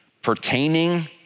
Pertaining